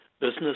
business